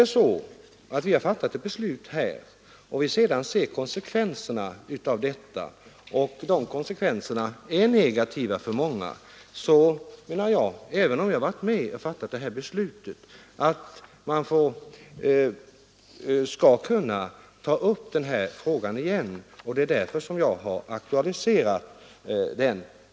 När vi här har fattat ett beslut och nu ser att det får negativa Nr 48 konsekvenser för många menar jag att vi skall kunna ta upp ärendet igen, Tisdagen den och det är därför jag har aktualiserat frågan.